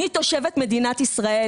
אני תושבת מדינת ישראל.